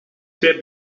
twee